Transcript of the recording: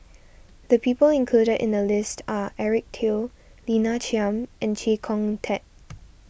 the people included in the list are Eric Teo Lina Chiam and Chee Kong Tet